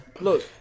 look